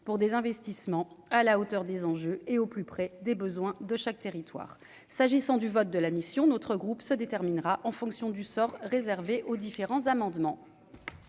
pour des investissements à la hauteur des enjeux et au plus près des besoins de chaque territoire s'agissant du vote de la mission, notre groupe se déterminera en fonction du sort réservé aux différents amendements.